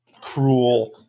cruel